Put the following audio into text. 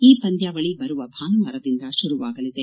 ಈ ಪಂದ್ಕಾವಳಿ ಬರುವ ಭಾನುವಾರದಿಂದ ಶುರುವಾರವಾಗಲಿದೆ